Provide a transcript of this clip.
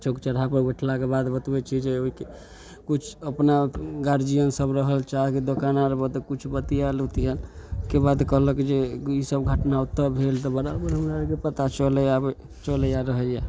चौक चौरहापर बैठलाके बाद बतबै छिए जे ओहिके किछु अपना गार्जिअनसभ रहल चाहके दोकान आरपर किछु बतिआएल उतिआएल के बाद कहलक जे ईसब घटना ओतऽ भेल तऽ बराबर हमरा आरके पता चलै आब चलैए रहैए